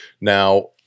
Now